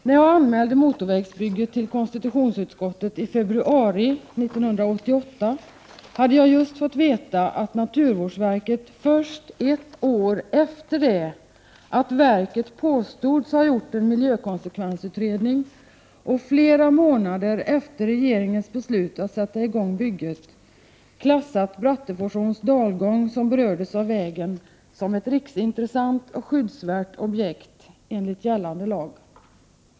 När jag anmälde motorvägsbygget till konstitutionsutskottet i februari 1988, hade jag just fått veta att naturvårdsverket först ett år efter det att verket påstods ha gjort en miljökonsekvensutredning, och först flera månader efter regeringens beslut att sätta i gång bygget, klassat Bratteforsåns dalgång, som berörs av vägen, som ett riksintressant och skyddsvärt objekt enligt gällande lag.